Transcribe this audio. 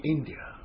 India